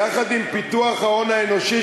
יחד עם פיתוח ההון האנושי,